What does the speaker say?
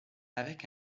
avec